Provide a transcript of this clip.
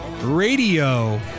radio